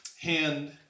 hand